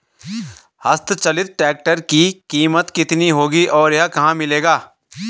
हस्त चलित ट्रैक्टर की कीमत कितनी होगी और यह कहाँ मिलेगा?